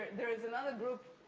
there is another group,